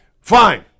fine